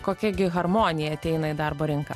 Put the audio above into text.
kokia gi harmonija ateina į darbo rinką